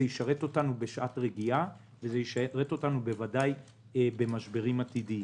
זה ישרת אותנו בשעת רגיעה ובוודאי במשברים עתידיים.